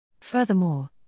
Furthermore